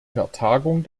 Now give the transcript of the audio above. vertagung